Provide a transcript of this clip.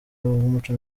w’umuco